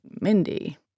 Mindy